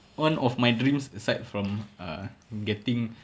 one of my dreams aside from err getting